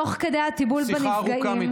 תוך כדי הטיפול בנפגעים,